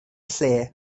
lle